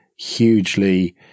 hugely